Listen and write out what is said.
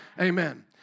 Amen